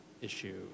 issue